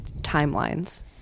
timelines